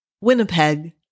Winnipeg